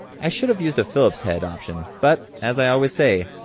i should have used a phillips head option but, as i always say,